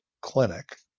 clinic